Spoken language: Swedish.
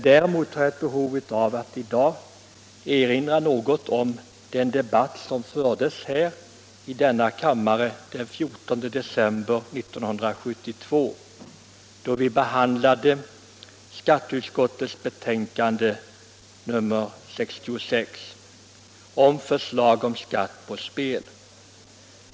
Däremot har jag ett behov av att i dag erinra om den debatt som fördes i kammaren den 14 december 1972, då vi behandlade skatteutskottets betänkande nr 66 rörande förslag om skatt på spel.